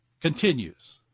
continues